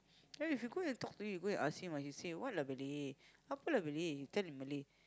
then if you go and talk to him you go and ask him ah he say what lah Belly apa lah Belly he talk in Malay